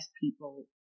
people